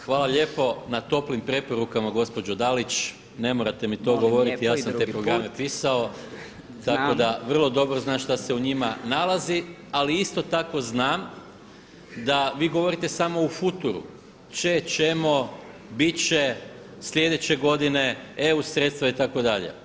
Hvala lijepo na toplim preporukama gospođo Dalić [[Upadica Dalić: Molim lijepo i drugi put.]] ne morate mi to govoriti ja sam te programe pisao [[Upadica Dalić: Znam.]] Tako da vrlo dobro znam šta se u njima nalazi ali isto tako znam da vi govorite samo u futuru –će, -ćemo, -biti će, sljedeće godine, EU sredstva itd.